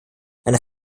einer